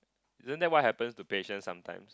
isn't that what happens to patients sometimes